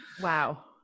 Wow